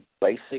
basic